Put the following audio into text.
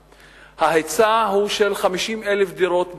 וההיצע הוא של 50,000 דירות בלבד.